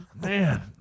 man